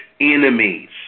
enemies